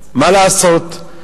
מה לעשות,